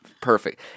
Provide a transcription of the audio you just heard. perfect